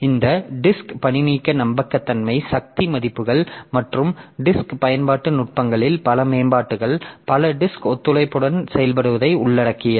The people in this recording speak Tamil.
இந்த டிஸ்க் பணிநீக்க நம்பகத்தன்மை சக்தி மதிப்புகள் மற்றும் டிஸ்க் பயன்பாட்டு நுட்பங்களில் பல மேம்பாடுகள் பல டிஸ்க் ஒத்துழைப்புடன் செயல்படுவதை உள்ளடக்கியது